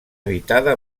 habitada